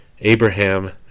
Abraham